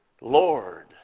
Lord